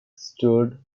stood